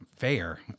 Fair